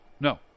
no